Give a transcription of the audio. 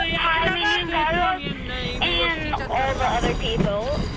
hi, mindy and guy raz and all the other people.